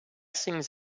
sings